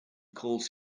calls